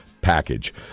package